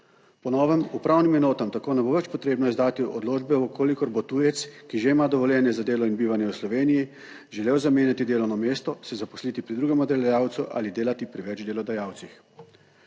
Po novem upravnim enotam tako ne bo več potrebno izdati odločbe, v kolikor bo tujec, ki že ima dovoljenje za delo in bivanje v Sloveniji, želel zamenjati delovno mesto, se zaposliti pri drugem delodajalcu ali delati pri več delodajalcih.